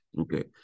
Okay